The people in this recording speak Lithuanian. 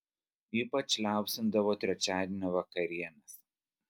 ypač liaupsindavo trečiadienio vakarienes